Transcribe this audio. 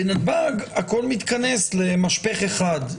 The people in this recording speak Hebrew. בנתב"ג הכל מתכנס למשפך אחד.